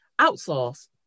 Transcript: outsource